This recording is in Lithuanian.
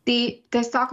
tai tiesiog